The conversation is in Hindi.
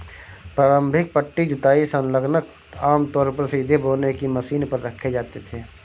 प्रारंभिक पट्टी जुताई संलग्नक आमतौर पर सीधे बोने की मशीन पर रखे जाते थे